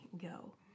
go